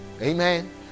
Amen